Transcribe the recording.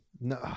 No